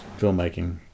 filmmaking